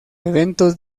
eventos